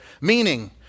Meaning